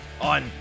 on